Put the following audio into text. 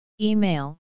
Email